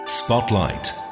Spotlight